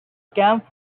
camp